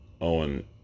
Owen